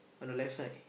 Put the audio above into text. for the left side